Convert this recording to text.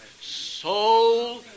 soul